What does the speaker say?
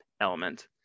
element